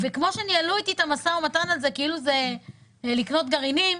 כמו שניהלו איתי את המשא ומתן הזה כאילו זה לקנות גרעינים,